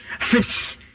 fish